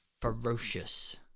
ferocious